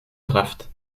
draft